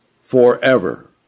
forever